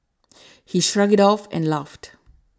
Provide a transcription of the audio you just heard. he shrugged it off and laughed